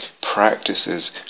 practices